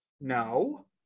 No